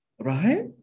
Right